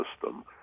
system